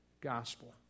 gospel